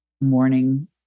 morning